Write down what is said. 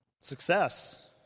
Success